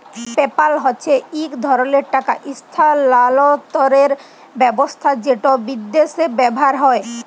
PayPal হছে ইক ধরলের টাকা ইসথালালতরের ব্যাবস্থা যেট বিদ্যাশে ব্যাভার হয়